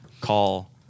call